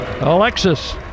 Alexis